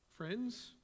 Friends